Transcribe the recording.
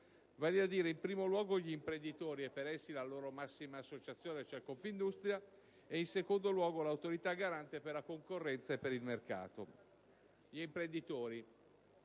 vale a dire, in primo luogo, gli imprenditori, e per essi la loro massima associazione, cioè Confindustria, e, in secondo luogo, l'Autorità garante per la concorrenza e il mercato. Gli imprenditori